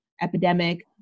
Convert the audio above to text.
epidemic